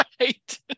Right